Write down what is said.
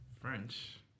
French